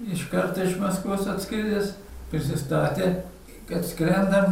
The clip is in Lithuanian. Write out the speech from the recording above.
iš karto iš maskvos atskridęs prisistatė kad skrendam